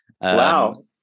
Wow